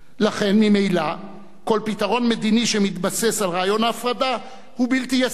לכן ממילא כל פתרון מדיני שמתבסס על רעיון ההפרדה הוא בלתי ישים.